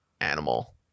animal